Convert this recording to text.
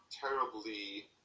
terribly